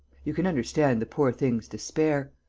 you can understand the poor thing's despair.